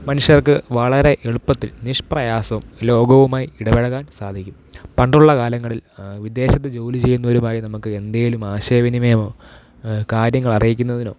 മനുഷ്യർക്ക് വളരെ എളുപ്പത്തിൽ നിഷ്പ്രയാസം ലോകവുമായി ഇടപെഴുകാൻ സാധിക്കും പണ്ടുള്ള കാലങ്ങളിൽ വിദേശത്ത് ജോലി ചെയ്യുന്നവരുമായി നമുക്ക് എന്തേലും ആശയവിനിമയമോ കാര്യങ്ങൾ അറിയിക്കുന്നതിനോ